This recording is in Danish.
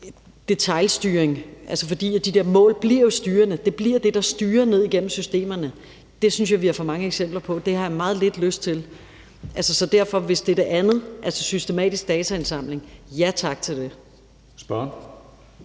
tosset detailstyring. For de der mål bliver jo styrende; det bliver det, der styrer ned igennem systemerne. Det synes jeg vi har for mange eksempler på. Det har jeg meget lidt lyst til. Så derfor vil jeg sige, at hvis det er det andet, altså systematisk dataindsamling: Ja tak til det.